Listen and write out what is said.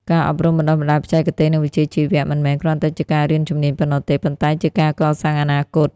ការអប់រំបណ្ដុះបណ្ដាលបច្ចេកទេស និងវិជ្ជាជីវៈ មិនមែនគ្រាន់តែជាការរៀនជំនាញប៉ុណ្ណោះទេ ប៉ុន្តែជាការកសាងអនាគត។